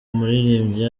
umuririmbyi